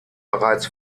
bereits